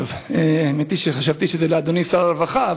האמת היא שחשבתי שזה לאדוני שר הרווחה,